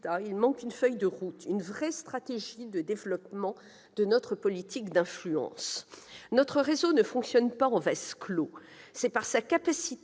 il manque une feuille de route, une vraie stratégie de développement de notre politique d'influence. Notre réseau ne fonctionne pas en vase clos. C'est par sa capacité